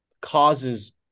causes